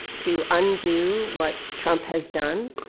to undo what trump has done.